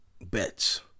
Bets